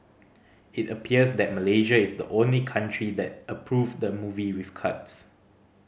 it appears that Malaysia is the only country that approved the movie with cuts